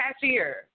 cashier